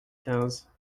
quinze